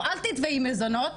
או אל תתבעי מזונות,